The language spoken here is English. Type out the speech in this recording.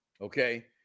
Okay